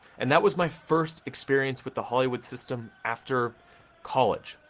and that was my first experience with the hollywood system after college.